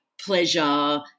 pleasure